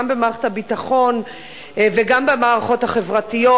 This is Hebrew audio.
גם במערכת הביטחון וגם במערכות החברתיות.